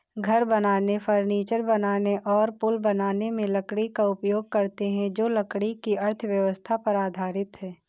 घर बनाने, फर्नीचर बनाने और पुल बनाने में लकड़ी का उपयोग करते हैं जो लकड़ी की अर्थव्यवस्था पर आधारित है